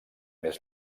més